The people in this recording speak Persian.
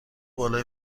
بالای